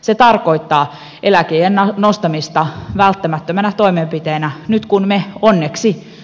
se tarkoittaa eläkeiän nostamista välttämättömänä toimenpiteenä nyt kun me